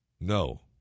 No